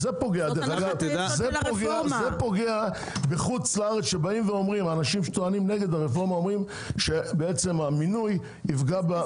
אנשים בחוץ לארץ שטוענים נגד הרפורמה אומרים שהמינוי יפגע.